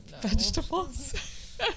vegetables